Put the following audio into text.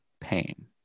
pain